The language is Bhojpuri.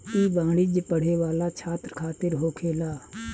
ई वाणिज्य पढ़े वाला छात्र खातिर होखेला